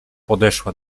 podeszła